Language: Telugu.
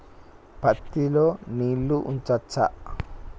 పత్తి లో నీళ్లు ఉంచచ్చా?